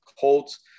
Colts